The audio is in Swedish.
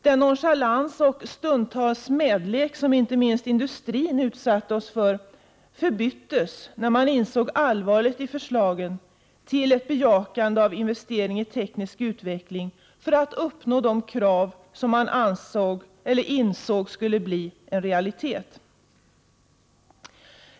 Den nonchalans och stundtals smälek som inte minst representanterna för industrin utsatte oss för förbyttes, när man insåg allvaret i förslagen, till ett bejakande till investering i teknisk utveckling för att uppnå de krav som man insåg skulle bli en realitet.